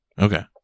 okay